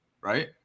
right